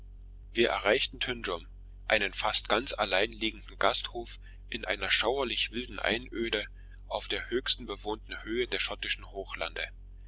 wir erreichten tyndrum einen fast ganz allein liegenden gasthof in einer schauerlich wilden einöde auf der höchsten bewohnten höhe der schottischen hochlande